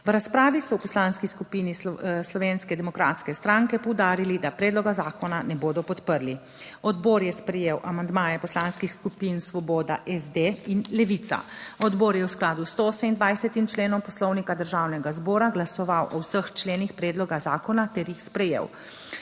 V razpravi so v Poslanski skupini Slovenske demokratske stranke **28. TRAK (VI) 14.15** (Nadaljevanje) poudarili, da predloga zakona ne bodo podprli. Odbor je sprejel amandmaje poslanskih skupin Svoboda, SD in Levica. Odbor je v skladu s 128. členom Poslovnika Državnega zbora glasoval o vseh členih predloga zakona ter jih sprejel.